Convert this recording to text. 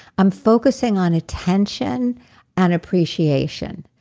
i'm focusing on attention and appreciation.